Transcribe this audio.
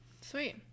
sweet